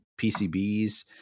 PCBs